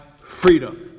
freedom